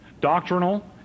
doctrinal